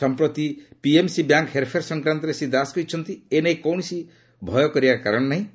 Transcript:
ସମ୍ପ୍ରତି PMC bank ହେରଫେର୍ ସଂକ୍ରାନ୍ତରେ ଶ୍ରୀ ଦାସ କହିଛନ୍ତି ଏ ନେଇ କୌଣସି ଭୟଭିତ ହେବାର କାରଣ ନାହିଁ